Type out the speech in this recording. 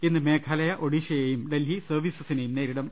ഇന്ന് മേഘാലയ ഒഡീഷയെയും ഡൽഹി സർവീസ സിനെയും നേരിടും